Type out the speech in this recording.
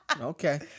Okay